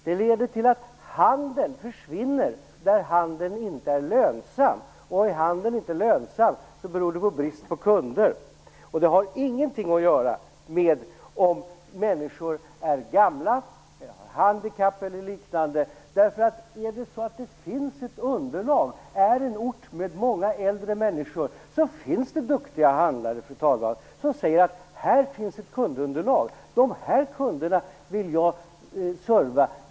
Det leder till att handeln försvinner där handeln inte är lönsam, och är handeln inte lönsam så beror det på brist på kunder. Det har ingenting att göra med om människor är gamla, handikappade eller liknande. Finns det ett underlag på en ort med många äldre människor så finns det duktiga handlare som säger: Här finns ett kundunderlag. De här kunderna vill jag serva.